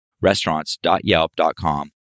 restaurants.yelp.com